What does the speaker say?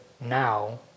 now